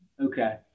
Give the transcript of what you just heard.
Okay